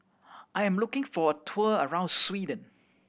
I'm looking for a tour around Sweden